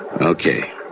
Okay